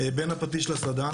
בין הפטיש לסדן,